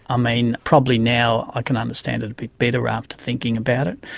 ah mean probably now i can understand it a bit better after thinking about it.